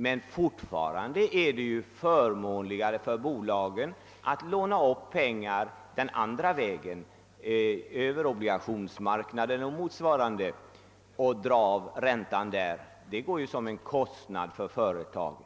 Men fortfarande är det ju förmånligare för företagen att låna upp pengar den andra vägen — över obligationsmarknaden och motsvarande — och dra av räntan där; det bedöms ju som en kostnad för företaget.